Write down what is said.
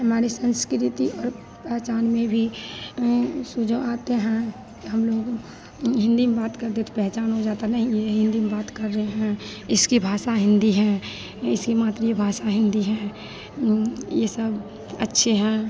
हमारी सँस्कृति और पहचान में भी वह जो आते हैं कि हमलोग हिन्दी में बात करते तो पहचान हो जाती नहीं यह हिन्दी में बात कर रहे हैं इनकी भाषा हिन्दी है इनकी मातृभाषा हिन्दी है यह सब अच्छे हैं